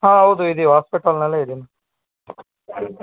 ಹಾಂ ಹೌದು ಇದ್ದೀವಿ ಹಾಸ್ಪಿಟಲ್ನಲ್ಲೇ ಇದ್ದೀನಿ